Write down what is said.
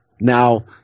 now